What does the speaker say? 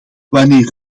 wanneer